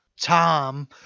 Tom